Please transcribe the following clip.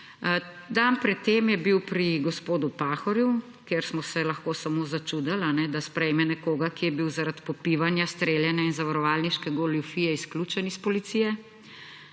Dan pred tem je bil pri gospodu Pahorju, kjer smo se lahko samo začudili, a ne, da sprejme nekoga, ki je bil zaradi popivanja, streljanja in zavarovalniške goljufije izključen iz policije.